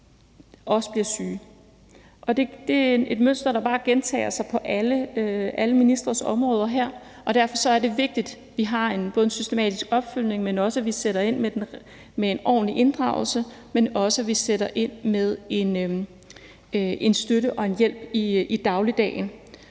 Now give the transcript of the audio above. også syge. Og det er et mønster, der bare gentager sig på alle ministres områder, og derfor er det vigtigt, at vi både har en systematisk opfølgning, at vi sætter ind med en ordentlig inddragelse, og at vi sætter ind med en støtte og en hjælp i dagligdagen.